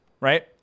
right